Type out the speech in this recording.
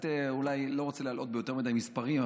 אני לא רוצה להלאות ביותר מדי מספרים,